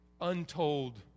untold